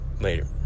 later